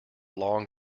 long